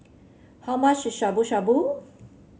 how much is Shabu Shabu